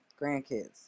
grandkids